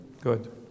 Good